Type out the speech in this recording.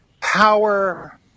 power